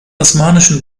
osmanischen